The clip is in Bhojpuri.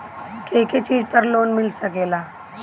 के के चीज पर लोन मिल सकेला?